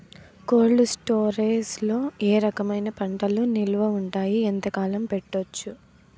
Cold storage లో ఏ రకమైన పంటలు నిలువ ఉంటాయి, ఎంతకాలం పెట్టొచ్చు?